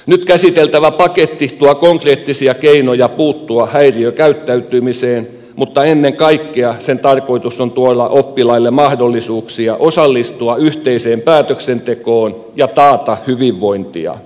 nyt käsiteltävä paketti tuo konkreettisia keinoja puuttua häiriökäyttäytymiseen mutta ennen kaikkea sen tarkoitus on tuoda oppilaille mahdollisuuksia osallistua yhteiseen päätöksentekoon ja taata hyvinvointia